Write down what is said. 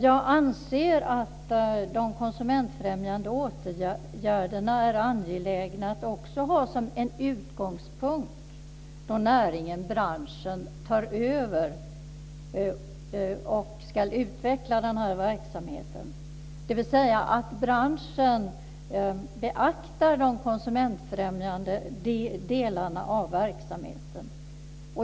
Jag anser att de konsumentfrämjande åtgärderna är angelägna att ha som en utgångspunkt då branschen tar över och ska utveckla den här verksamheten, dvs. att branschen beaktar de konsumentfrämjande delarna av verksamheten.